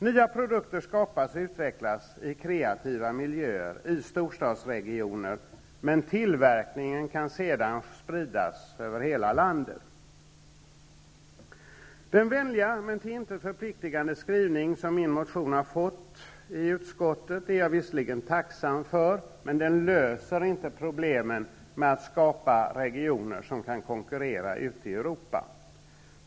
Nya produkter skapas och utvecklas i kreativa miljöer, i storstadsregioner, men tillverkningen kan sedan spridas över hela landet. Den vänliga men till intet förpliktigande skrivning som min motion har fått i utskottet är jag väldigt tacksam för, men den löser inte problemet med att skapa regioner som kan konkurrera ute i Europa.